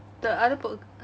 the other per~